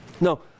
No